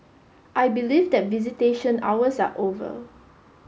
I believe that visitation hours are over